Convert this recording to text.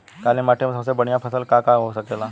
काली माटी में सबसे बढ़िया फसल का का हो सकेला?